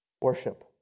worship